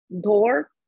door